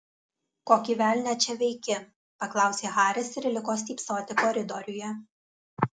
kokį velnią čia veiki paklausė haris ir liko stypsoti koridoriuje